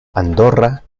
andorra